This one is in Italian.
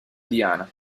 diana